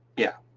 yeah.